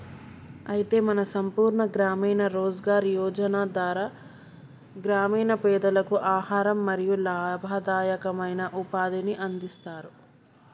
అయితే మన సంపూర్ణ గ్రామీణ రోజ్గార్ యోజన ధార గ్రామీణ పెదలకు ఆహారం మరియు లాభదాయకమైన ఉపాధిని అందిస్తారు